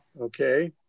okay